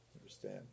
Understand